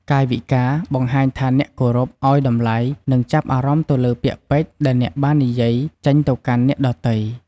កាយវិការ បង្ហាញថាអ្នកគោរព អោយតម្លៃ និងចាប់អារម្មណ៍ទៅលើពាក្យពេចន៍ដែលអ្នកបាននិយាយចេញទៅកាន់អ្នកដទៃ។